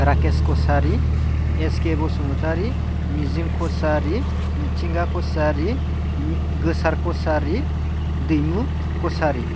राकेस Kachary SK Basumatary मिजिं कसारि मिथिंगा कसारि गोसार कसारि दैमु कसारि